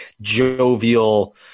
jovial